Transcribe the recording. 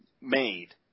made